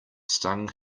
stung